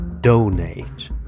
donate